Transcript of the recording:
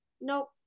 nope